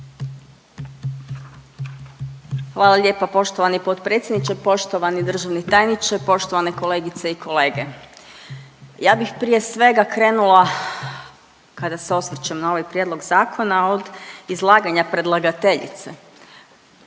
Hvala lijepo poštovani potpredsjedniče. Poštovani državni tajniče, poštovane kolegice i kolege. Ja bih prije svega krenula kada se osvrćem na ovaj prijedlog zakona od izlaganja predlagateljice,